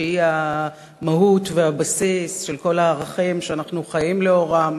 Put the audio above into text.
שהיא המהות והבסיס של כל הערכים שאנחנו חיים לאורם,